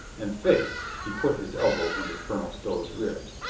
and faith, he put his elbow into colonel stow's ribs,